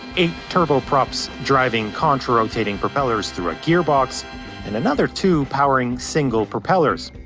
eight turboprops driving contra-rotating propellers through a gearbox and another two powering single propellers.